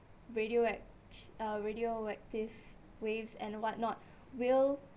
radioac~ uh radioactive waves and what not will